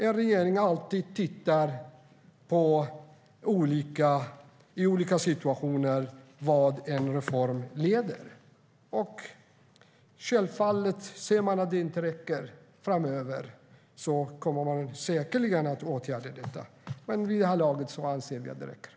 En regering tittar alltid på vart en reform leder i olika situationer. Om man ser att det inte räcker kommer man säkerligen att åtgärda detta. Men i det här läget anser vi att det räcker.